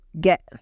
get